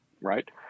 Right